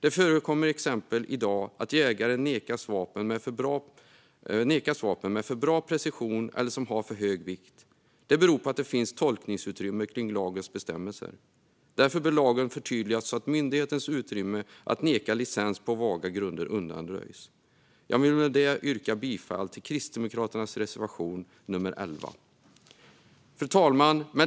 Det förekommer exempelvis i dag att jägare nekas vapen som har för bra precision eller för hög vikt. Det beror på att det finns tolkningsutrymme kring lagens bestämmelser. Därför bör lagen förtydligas så att myndighetens utrymme att neka licens på vaga grunder undanröjs. Jag vill med detta yrka bifall till Kristdemokraternas reservation nr 11. Fru talman!